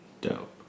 Dope